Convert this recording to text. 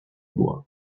bois